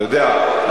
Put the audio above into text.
אתה יודע,